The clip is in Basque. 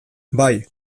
bai